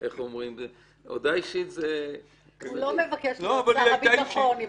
הוא לא מבקש להיות שר הביטחון.